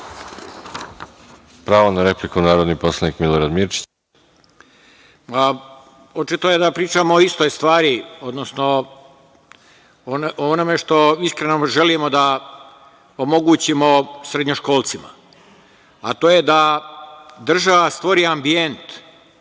Pravo na repliku, narodni poslanik Milorad Mirčić.